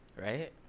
Right